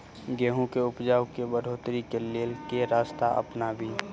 गेंहूँ केँ उपजाउ केँ बढ़ोतरी केँ लेल केँ रास्ता अपनाबी?